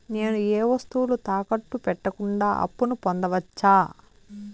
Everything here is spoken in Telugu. నేను ఏ వస్తువులు తాకట్టు పెట్టకుండా అప్పును పొందవచ్చా?